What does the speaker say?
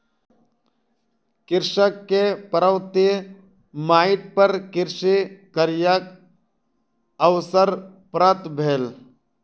कृषक के पर्वतीय माइट पर कृषि कार्यक अवसर प्राप्त भेल